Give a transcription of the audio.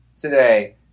today